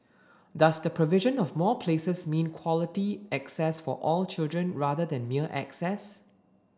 does the provision of more places mean quality access for all children rather than mere access